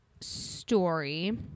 story